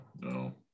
no